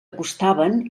costaven